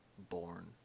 Born